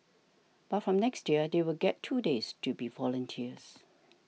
but from next year they will get two days to be volunteers